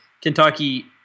Kentucky